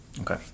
okay